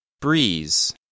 Breeze